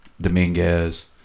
Dominguez